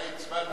אתה הצבעת,